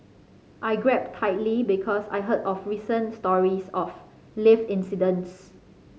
I grabbed tightly because I heard of recent stories of lift incidents